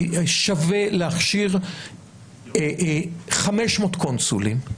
שווה להכשיר 500 קונסולים.